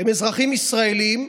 הם אזרחים ישראלים.